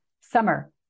summer